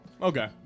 Okay